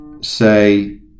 say